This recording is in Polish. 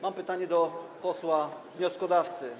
Mam pytanie do posła wnioskodawcy.